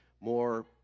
more